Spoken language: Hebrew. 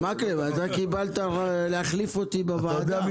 מקלב, אתה קיבלת להחליף אותי בוועדה.